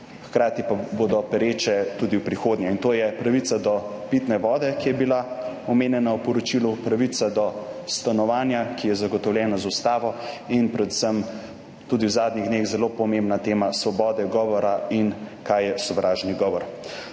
hkrati pa bodo pereče tudi v prihodnje. To so pravica do pitne vode, ki je bila omenjena v poročilu, pravica do stanovanja, ki je zagotovljena z ustavo, in predvsem tudi v zadnjih dneh zelo pomembna tema svoboda govora in kaj je sovražni govor.